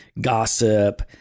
gossip